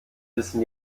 wissen